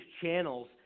channels